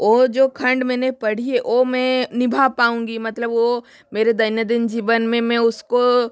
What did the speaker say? वो जो खंड मैंने पढ़ी है वो मैं निभा पाऊँगी मतलब वो मेरे दैनिक जीवन में मैं उसको